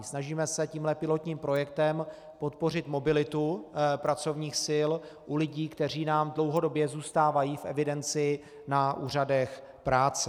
Snažíme se tímhle pilotním projektem podpořit mobilitu pracovních sil u lidí, kteří nám dlouhodobě zůstávají v evidenci na úřadech práce.